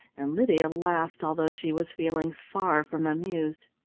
and lydia laughed, although she was feeling far from amused.